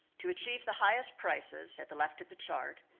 to achieve the highest prices at the left at the chart,